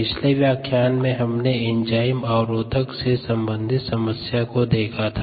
पिछले व्याख्यान में हमने एंजाइम अवरोधक से संबंधित समस्या को देखा था